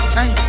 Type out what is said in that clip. Hey